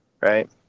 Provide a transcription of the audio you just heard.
right